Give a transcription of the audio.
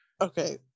Okay